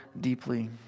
deeply